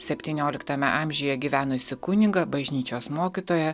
septynioliktame amžiuje gyvenusį kunigą bažnyčios mokytoją